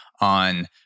on